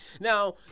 Now